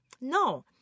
no